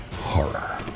horror